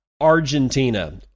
Argentina